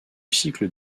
cycle